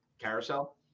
carousel